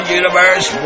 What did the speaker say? universe